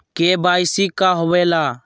KYC का होवेला?